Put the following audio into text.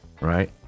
right